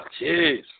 Jeez